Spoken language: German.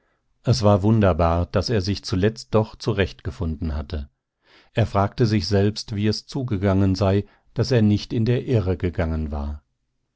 es war wunderbar daß er sich zuletzt doch zurechtgefunden hatte er fragte sich selbst wie es zugegangen sei daß er nicht in der irre gegangen war